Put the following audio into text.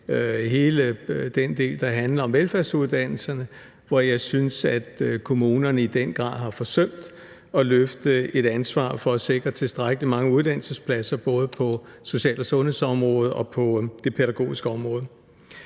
hele den del, der handler om velfærdsuddannelserne, hvor jeg synes, at kommunerne i den grad har forsømt at løfte et ansvar for at sikre tilstrækkelig mange uddannelsespladser – både på social- og sundhedsområdet og på det pædagogiske område.